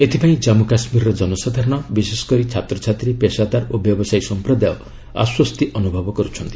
ଏଥିପାଇଁ ଜାମ୍ପୁ କାଶ୍ମୀରର କନସାଧାରଣ ବିଶେଷ କରି ଛାତ୍ରଛାତ୍ରୀ ପେଷାଦାର ଓ ବ୍ୟବସାୟୀ ସମ୍ପ୍ରଦାୟ ଆଶ୍ୱସ୍ତି ଅନୁଭୂବ କରୁଛନ୍ତି